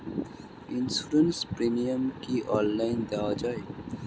Insurance premium কি online দেওয়া যায়?